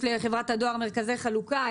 יש לחברת הדואר מרכזי חלוקה,